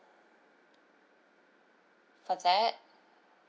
for that